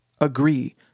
agree